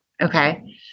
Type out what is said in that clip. okay